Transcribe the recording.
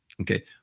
okay